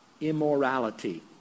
immorality